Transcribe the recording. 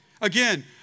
Again